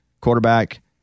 quarterback